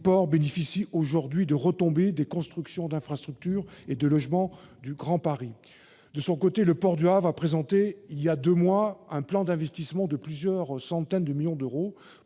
ces ports bénéficient aujourd'hui des retombées des constructions d'infrastructures et de logement du Grand Paris. De son côté, le port du Havre a présenté, voilà deux mois, un plan d'investissement de plusieurs centaines de millions d'euros,